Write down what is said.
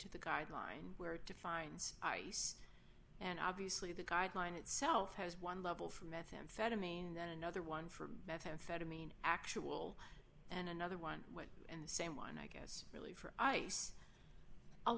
to the guideline where it defines ice and obviously the guideline itself has one level for methamphetamine and then another one for methamphetamine actual and another one and the same one i get really for ice a